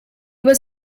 was